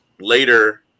later